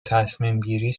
تصمیمگیری